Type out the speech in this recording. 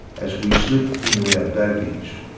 as we slip into our dotage,